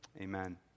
amen